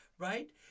Right